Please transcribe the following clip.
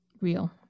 Real